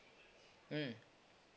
mm